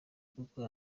kuko